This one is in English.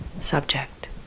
subject